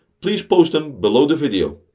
please post them below the video.